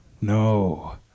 No